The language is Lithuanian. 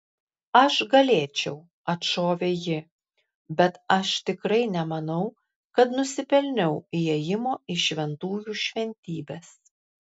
aš galėčiau atšovė ji bet aš tikrai nemanau kad nusipelniau įėjimo į šventųjų šventybes